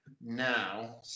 now